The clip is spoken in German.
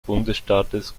bundesstaates